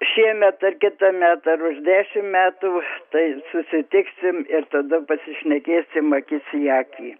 šiemet ar kitąmet ar už dešim metų tai susitiksim ir tada pasišnekėsim akis į akį